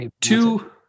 Two